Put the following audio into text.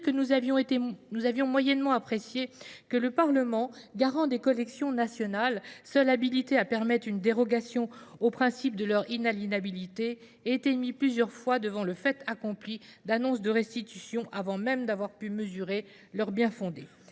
que nous avions moyennement apprécié que le Parlement, garant des collections nationales, seule habilité à permettre une dérogation au principe de leur inalinabilité, ait été mis plusieurs fois devant le fait accompli d'annonces de restitution avant même d'avoir pu mesurer leurs biens fondés.